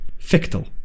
fictal